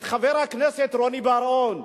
את חבר הכנסת רוני בר-און,